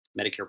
Medicare